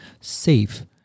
safe